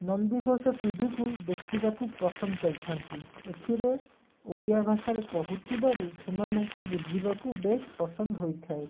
ନନ୍ଦୀଘୋଷ ଟିଭିକୁ ଦେଖିବାକୁ ପସନ୍ଦ କରିଥାନ୍ତି ଏଥିରେ ଓଡ଼ିଆ ଭାଷରେ କହୁଥିବାରୁ ସେମାନଙ୍କୁ ବୁଝିବାକୁ ବେସ୍ ପସନ୍ଦ ହୋଇଥାଏ